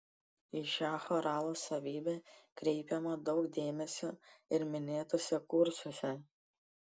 į šią choralo savybę kreipiama daug dėmesio ir minėtuose kursuose